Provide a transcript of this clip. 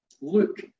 look